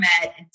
met